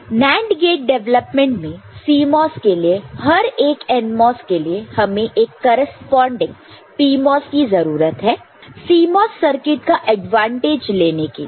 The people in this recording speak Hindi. तो NAND गेट डेवलपमेंटमें CMOS के लिए हर एक NMOS के लिए हमें एक करेस्पॉन्डिंग PMOS की जरूरत है CMOS सर्किट का एडवांटेज लेने के लिए